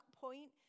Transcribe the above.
point